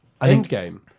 Endgame